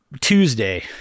Tuesday